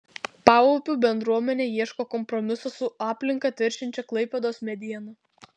paupių bendruomenė ieško kompromiso su aplinką teršiančia klaipėdos mediena